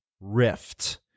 rift